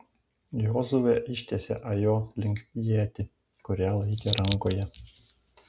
jozuė ištiesė ajo link ietį kurią laikė rankoje